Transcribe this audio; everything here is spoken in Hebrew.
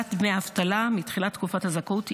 לקבלת דמי אבטלה מתחילת תקופת הזכאות,